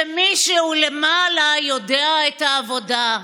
שמישהו למעלה יודע את העבודה.